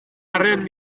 arren